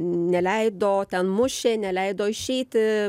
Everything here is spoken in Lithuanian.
neleido ten mušė neleido išeiti